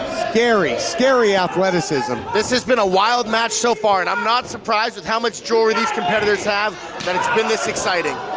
scary, scary athleticism. this has been a wild match so far and i'm not surprised with how much jewelry these competitors have that it's been this exciting.